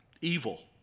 evil